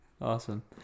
Awesome